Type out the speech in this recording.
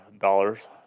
dollars